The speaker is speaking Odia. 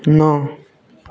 ନଅ